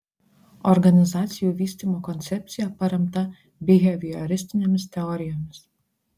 organizacijų vystymo koncepcija paremta bihevioristinėmis teorijomis